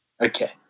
Okay